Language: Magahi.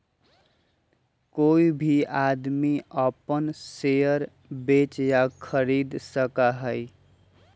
कोई भी आदमी अपन शेयर बेच या खरीद सका हई